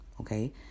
okay